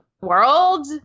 world